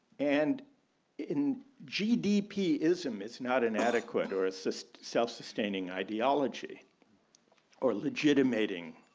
and in gdp ism is not inadequate or assist self-sustaining ideology or legitimating